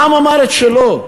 העם אמר את שלו,